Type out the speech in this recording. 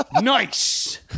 Nice